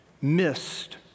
missed